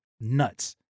nuts